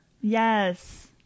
Yes